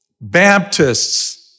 Baptists